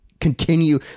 continue